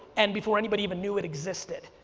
and before anybody even knew it existed.